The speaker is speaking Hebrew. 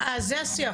אז זה השיח,